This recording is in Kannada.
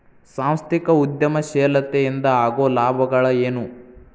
ಸಾಂಸ್ಥಿಕ ಉದ್ಯಮಶೇಲತೆ ಇಂದ ಆಗೋ ಲಾಭಗಳ ಏನು